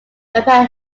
emperor